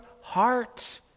heart